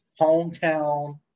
hometown